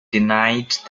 denied